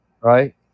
right